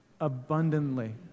abundantly